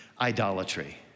idolatry